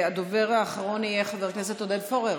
הדובר האחרון יהיה חבר הכנסת עודד פורר.